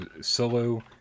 Solo